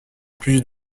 plus